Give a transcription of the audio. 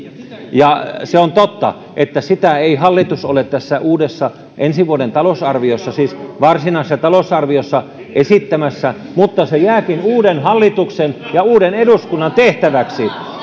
se on totta että sitä ei hallitus ole tässä uudessa ensi vuoden talousarviossa siis varsinaisessa talousarviossa esittämässä mutta se jääkin uuden hallituksen ja uuden eduskunnan tehtäväksi